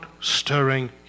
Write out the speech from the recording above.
stirring